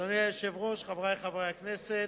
היושב-ראש, חברי חברי הכנסת,